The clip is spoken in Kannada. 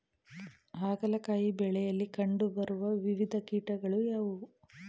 ಹಾಗಲಕಾಯಿ ಬೆಳೆಯಲ್ಲಿ ಕಂಡು ಬರುವ ವಿವಿಧ ಕೀಟಗಳು ಯಾವುವು?